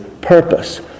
purpose